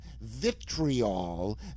vitriol